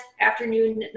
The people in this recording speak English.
afternoon